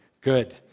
Good